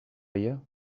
you